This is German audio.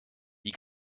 die